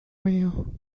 mayo